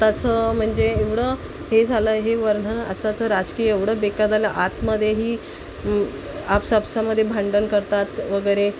आताचं म्हणजे एवढं हे झालं हे वर्ण आत्ताचं राजकीय एवढं बेकार झालं आतमध्येही आपापसामध्ये भांडण करतात वगैरे